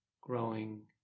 growing